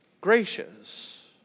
gracious